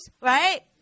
right